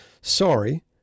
Sorry